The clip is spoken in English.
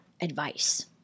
advice